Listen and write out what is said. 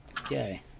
Okay